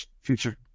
Future